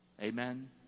Amen